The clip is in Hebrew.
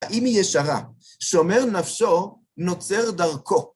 האם היא ישרה? שומר נפשו נוצר דרכו.